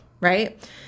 right